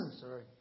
Sorry